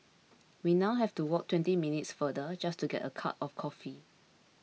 we now have to walk twenty minutes farther just to get a cup of coffee